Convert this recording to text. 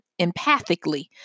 empathically